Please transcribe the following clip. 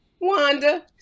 Wanda